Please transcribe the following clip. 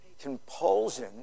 compulsion